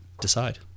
decide